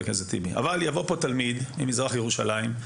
לדיון היום יגיע ת ממזרח ירושלים,